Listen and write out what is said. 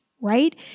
right